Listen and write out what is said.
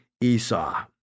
Esau